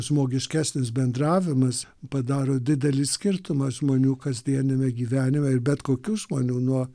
žmogiškesnis bendravimas padaro didelį skirtumą žmonių kasdieniame gyvenime ir bet kokių žmonių nuo